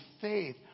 faith